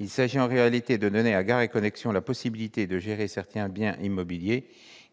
Il s'agit en réalité de donner à Gares & Connexions la possibilité de gérer certains biens immobiliers